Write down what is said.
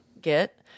get